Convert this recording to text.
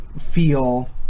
feel